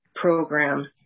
program